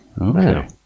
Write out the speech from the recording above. Okay